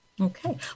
Okay